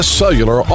cellular